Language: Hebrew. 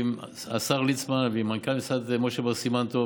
את יודעת שהיו סיכומים עם השר ליצמן ועם מנכ"ל המשרד משה בר סימן טוב,